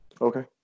Okay